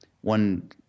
one